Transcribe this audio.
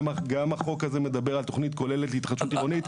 גם החוק הזה מדבר על תכנית כוללת להתחדשות עירונית.